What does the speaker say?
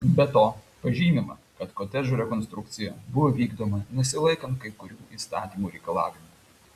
be to pažymima kad kotedžų rekonstrukcija buvo vykdoma nesilaikant kai kurių įstatymų reikalavimų